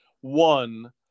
One